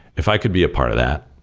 if i could be a part of that,